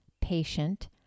patient